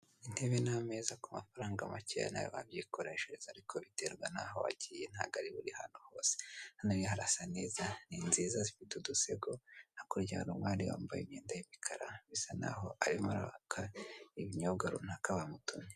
Intebe n'ameza ku mafaranga make nawe wabyikoreshereza ariko biterwa n'aho wagiye nta ari buri hantu hose, ana harasa neza ni nziza zifite udusego hakurya hari umwari wambaye imyenda y'imikara bisa naho arimo araka ibinyobwa runaka bamutumye